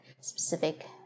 specific